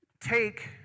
take